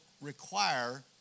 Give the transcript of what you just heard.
require